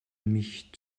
mich